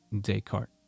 Descartes